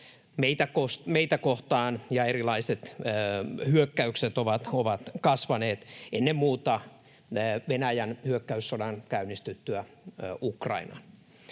meitä kohtaan ja erilaiset hyökkäykset ovat kasvaneet ennen muuta Venäjän hyökkäyssodan käynnistyttyä Ukrainassa.